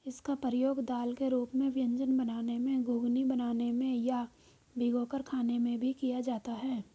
इसका प्रयोग दाल के रूप में व्यंजन बनाने में, घुघनी बनाने में या भिगोकर खाने में भी किया जाता है